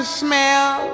smell